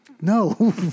No